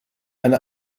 eine